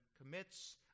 commits